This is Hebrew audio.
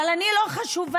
אבל אני לא חשובה.